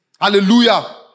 Hallelujah